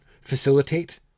Facilitate